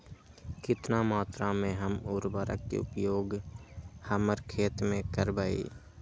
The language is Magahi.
कितना मात्रा में हम उर्वरक के उपयोग हमर खेत में करबई?